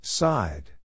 side